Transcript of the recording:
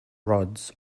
rods